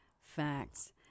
facts